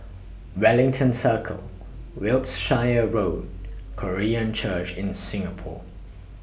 Wellington Circle Wiltshire Road Korean Church in Singapore